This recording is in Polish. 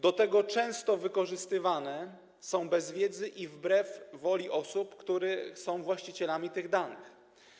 Do tego często wykorzystywane są bez wiedzy i wbrew woli osób, które są właścicielami tych danych.